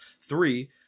Three